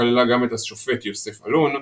שכללה גם את השופט יוסף אלון,